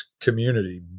community